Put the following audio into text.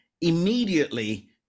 immediately